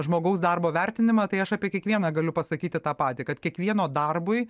žmogaus darbo vertinimą tai aš apie kiekvieną galiu pasakyti tą patį kad kiekvieno darbui